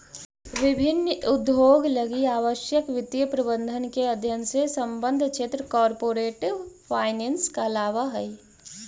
विभिन्न उद्योग लगी आवश्यक वित्तीय प्रबंधन के अध्ययन से संबद्ध क्षेत्र कॉरपोरेट फाइनेंस कहलावऽ हइ